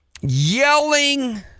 yelling